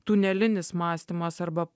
tunelinis mąstymas arba